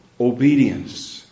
Obedience